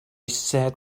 said